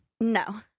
No